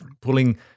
pulling